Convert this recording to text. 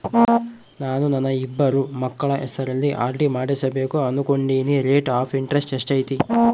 ನಾನು ನನ್ನ ಇಬ್ಬರು ಮಕ್ಕಳ ಹೆಸರಲ್ಲಿ ಆರ್.ಡಿ ಮಾಡಿಸಬೇಕು ಅನುಕೊಂಡಿನಿ ರೇಟ್ ಆಫ್ ಇಂಟರೆಸ್ಟ್ ಎಷ್ಟೈತಿ?